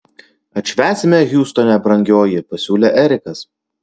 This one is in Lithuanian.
atšvęsime hjustone brangioji pasiūlė erikas